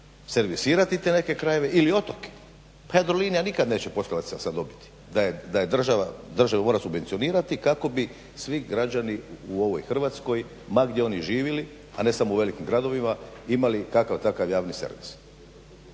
servisirati te neke krajeve ili otoke. Pa "Jadrolinija" nikad neće poslovat sa dobiti, da je država mora subvencionirati kako bi svi građani u ovoj Hrvatskoj ma gdje oni živili a ne samo u velikim gradovima imali kakav takav javni servis.